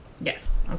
Yes